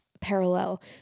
parallel